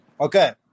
Okay